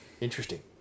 interesting